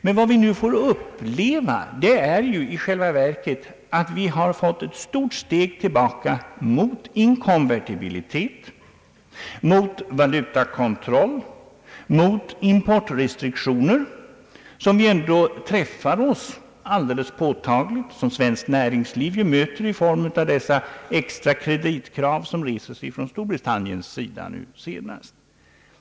Vad vi nu däremot får uppleva är i själva verket att man har tagit ett stort steg tillbaka mot inkonvertibilitet, mot valutakontroll och mot importrestriktioner som träffar oss alldeles påtagligt och som svenskt näringsliv möter t.ex. i form av de extra kreditkrav som nu senast har rests från Storbritanniens sida.